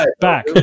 back